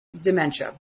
Dementia